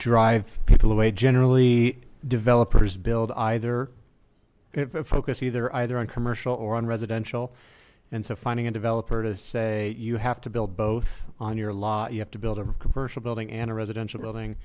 drive people away generally developers build either focus either either on commercial or on residential and so finding a developer to say you have to build both on your law you have to build a commercial building and a residential